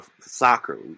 soccer